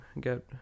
get